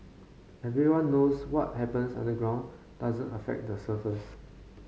everyone knows what happens underground doesn't affect the surface